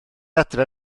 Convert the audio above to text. adre